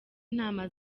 inama